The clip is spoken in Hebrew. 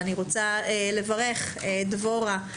אני רומה לברך, דבורה,